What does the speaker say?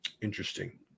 interesting